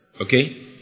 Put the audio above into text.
Okay